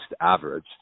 average